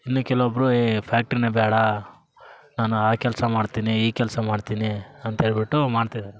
ಇನ್ನು ಕೆಲವೊಬ್ಬರು ಈ ಫ್ಯಾಕ್ಟ್ರಿನೇ ಬೇಡ ನಾನು ಆ ಕೆಲಸ ಮಾಡ್ತಿನಿ ಈ ಕೆಲಸ ಮಾಡ್ತಿನಿ ಅಂತೇಳ್ಬುಟ್ಟು ಮಾಡ್ತಿದ್ದಾರೆ